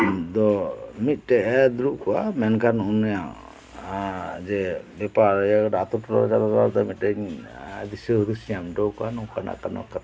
ᱫᱚ ᱢᱤᱴᱮᱡᱮ ᱫᱩᱲᱩᱵ ᱠᱚᱜᱼᱟ ᱢᱮᱱᱠᱷᱟᱱ ᱩᱱᱤᱭᱟᱜ ᱡᱮ ᱵᱮᱯᱟᱨ ᱟᱛᱳ ᱴᱚᱞᱟ ᱨᱮᱱᱟᱜ ᱵᱮᱯᱟᱨ ᱫᱚ ᱢᱤᱫᱴᱮᱱ ᱫᱤᱥᱟᱹ ᱦᱩᱫᱤᱥ ᱤᱧ ᱮᱢᱴᱚ ᱟᱠᱚᱭᱟ ᱱᱚᱠᱟᱱᱟᱜ ᱠᱟᱱᱟ ᱠᱟᱛᱷᱟ ᱫᱚ